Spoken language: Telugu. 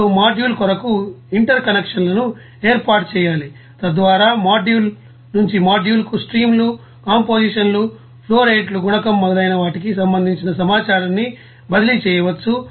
ఇప్పుడు మాడ్యూల్ కొరకు ఇంటర్ కనెక్షన్ లను ఏర్పాటు చేయాలి తద్వారా మాడ్యూల్ నుంచి మాడ్యూల్ కు స్ట్రీమ్ లు కంపోజిషన్ లు ఫ్లోరేట్లు గుణకం మొదలైన వాటికి సంబంధించిన సమాచారాన్ని బదిలీ చేయవచ్చు